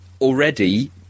already